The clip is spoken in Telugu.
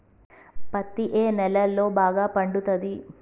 పత్తి ఏ నేలల్లో బాగా పండుతది?